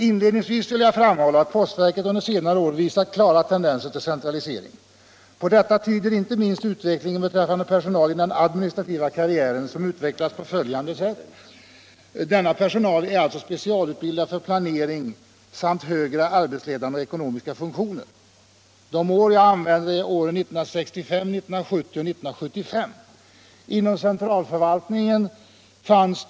Inledningsvis vill jag framhålla att postverket under senare år visat klara tendenser till centralisering. På detta tyder inte minst utvecklingen beträffande personal i den administrativa karriären. Denna personal är specialutbildad för planering samt högre arbetsledande och ekonomiska funktioner. 1965 fanns det inom centralförvaltningen 350 anställda.